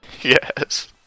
Yes